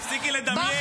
תפסיקי לדמיין,